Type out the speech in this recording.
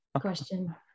question